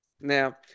Now